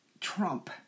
Trump